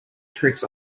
tricks